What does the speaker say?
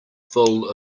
full